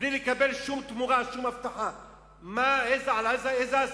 בלי לקבל שום תמורה, שום הבטחה, מה, איזו עשייה?